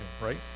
right